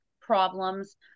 problems